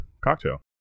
cocktail